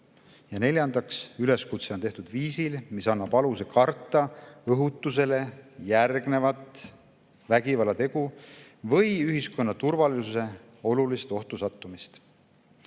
neljandaks, üleskutse on tehtud viisil, mis annab aluse karta õhutusele järgnevat vägivallategu või ühiskonna turvalisuse olulist ohtu sattumist.